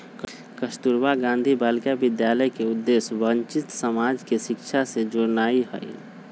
कस्तूरबा गांधी बालिका विद्यालय के उद्देश्य वंचित समाज के शिक्षा से जोड़नाइ हइ